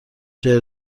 جـر